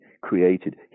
created